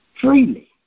freely